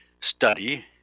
study